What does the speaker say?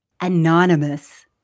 Anonymous